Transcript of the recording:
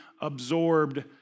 absorbed